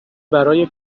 برای